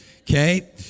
okay